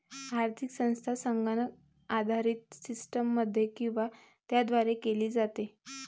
आर्थिक संस्था संगणक आधारित सिस्टममध्ये किंवा त्याद्वारे केली जाते